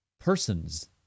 persons